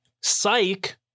psych